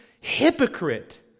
hypocrite